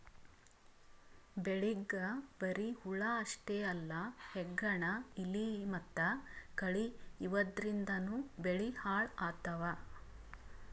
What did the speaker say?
ಬೆಳಿಗ್ ಬರಿ ಹುಳ ಅಷ್ಟೇ ಅಲ್ಲ ಹೆಗ್ಗಣ, ಇಲಿ ಮತ್ತ್ ಕಳಿ ಇವದ್ರಿಂದನೂ ಬೆಳಿ ಹಾಳ್ ಆತವ್